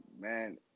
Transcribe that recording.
man